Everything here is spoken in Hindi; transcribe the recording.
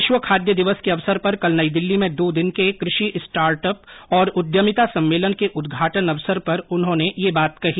विश्व खाद्य दिवस के अवसर पर कल नई दिल्ली में दो दिन के कृषि स्टार्टअप और उद्यमिता सम्मेलन के उद्घाटन अवसर पर उन्होंने यह बात कही